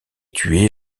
tué